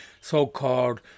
so-called